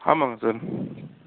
ஆமாங்க சார்